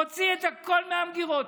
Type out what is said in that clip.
הוציא את הכול מהמגרות.